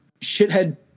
shithead